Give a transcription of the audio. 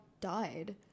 died